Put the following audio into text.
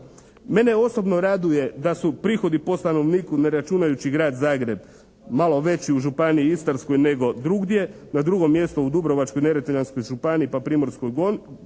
Mene osobno raduje da su prihodi po stanovniku ne računajući Grad Zagreb malo veći u županiji Istarskoj nego drugdje. Na drugom mjestu u Dubrovačko-Neretvanskoj županiji pa Primorsko-Goranskoj